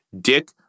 Dick